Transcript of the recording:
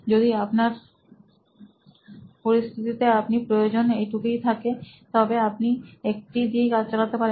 যদি আপনার পরিস্থিতিতে আপনার প্রয়োজন এই টু কুই থাকে তবে আপনি একটি দিয়েই কাজ চালাতে পারেন